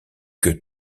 que